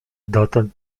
dotąd